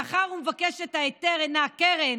מאחר שמבקש ההיתר אינה הקרן,